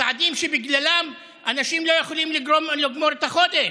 על צעדים שבגללם אנשים לא יכולים לגמור את החודש,